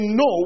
no